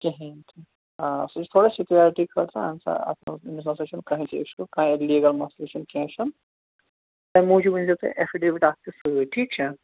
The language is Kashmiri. کِہیٖنۍ تہِ آ سُہ چھِ تھوڑا سیٚکورٹی خٲطرٕ اَہَن سا آ اَتھ منٛز أمِس نہ سا چھِنہٕ کٕہٕنۍ تہِ اِشوٗ کانٛہہ اِلیٖگَل مسلہٕ چھِنہٕ کیٚنٛہہ چھِنہٕ تمہِ موجوٗب أنزیٚو تُہۍ ایٚفِڈیوِت اَکھ تہِ سۭتۍ ٹھیٖک چھا